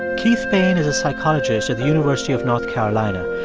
keith payne is a psychologist at the university of north carolina.